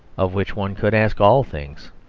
of which one could ask all things.